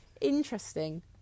interesting